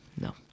no